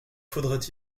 faudrait